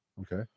okay